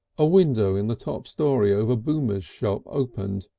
a window in the top story over boomer's shop opened,